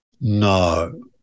No